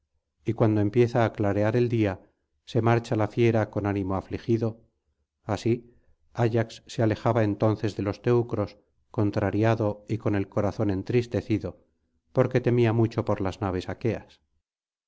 y cuando empieza á clarear el día se marcha la fiera con ánimo afligido así ayax se alejaba entonces de los teucros contrariado y con el corazón entristecido porque temía mucho por las naves aqueas